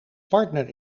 partner